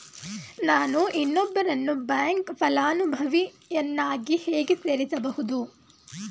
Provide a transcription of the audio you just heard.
ನಾನು ಇನ್ನೊಬ್ಬರನ್ನು ಬ್ಯಾಂಕ್ ಫಲಾನುಭವಿಯನ್ನಾಗಿ ಹೇಗೆ ಸೇರಿಸಬಹುದು?